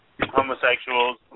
homosexuals